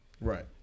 Right